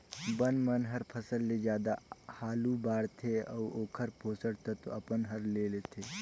बन मन हर फसल ले जादा हालू बाड़थे अउ ओखर पोषण तत्व अपन हर ले लेथे